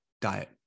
diet